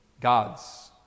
gods